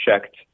checked